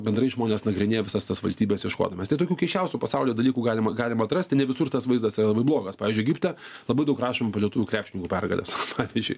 bendrai žmonės nagrinėja visas tas valstybes ieškodamas tai tokių keisčiausių pasaulio dalykų galima galima atrasti ne visur tas vaizdas yra labai blogas pavyzdžiui egipte labai daug rašoma apie lietuvių krepšininkų pergales pavyzdžiui